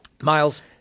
Miles